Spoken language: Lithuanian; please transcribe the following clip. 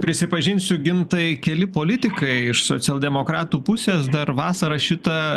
prisipažinsiu gintai keli politikai iš socialdemokratų pusės dar vasarą šitą